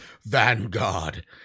Vanguard